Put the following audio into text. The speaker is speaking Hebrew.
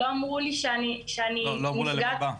לא אמרו לי שאני נפגעת עבירה.